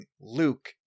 Luke